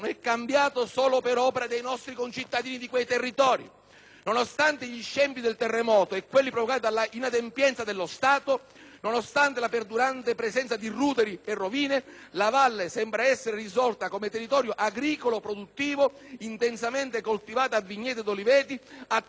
Nonostante gli scempi del terremoto e quelli provocati dall'inadempienza dello Stato, nonostante la perdurante presenza di ruderi e rovine, la valle sembra essere risorta come territorio agricolo produttivo, intensamente coltivato a vigneti ed oliveti, attento alle colture biologiche e costellato da insediamenti agrituristici.